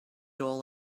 all